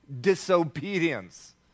disobedience